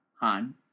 Han